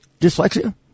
dyslexia